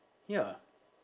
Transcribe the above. ya